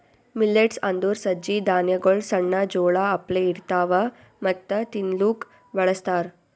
millets ಅಂದುರ್ ಸಜ್ಜಿ ಧಾನ್ಯಗೊಳ್ ಸಣ್ಣ ಜೋಳ ಅಪ್ಲೆ ಇರ್ತವಾ ಮತ್ತ ತಿನ್ಲೂಕ್ ಬಳಸ್ತಾರ್